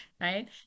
right